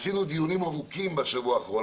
עשינו דיונים ארוכים בשבוע האחרון,